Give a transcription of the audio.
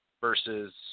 versus